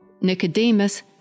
Nicodemus